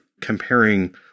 comparing